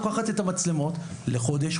לוקחת את המצלמות לחודש,